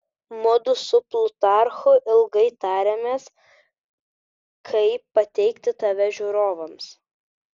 mudu su plutarchu ilgai tarėmės kaip pateikti tave žiūrovams